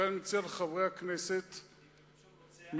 לכן אני מציע לחברי הכנסת מהקואליציה,